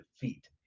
defeat